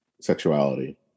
sexuality